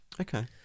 Okay